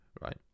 right